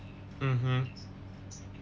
mmhmm